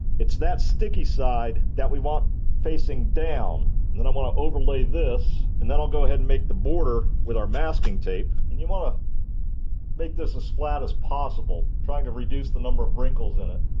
it's that sticky side that we want facing down. and then i um want to overlay this and then i'll go ahead and make the border with our masking tape. and you want to make this as flat as possible trying to reduce the number of wrinkles in it.